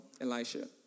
Elisha